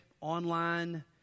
online